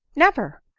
never.